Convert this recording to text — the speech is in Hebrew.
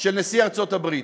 של נשיא ארצות-הברית.